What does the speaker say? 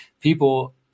people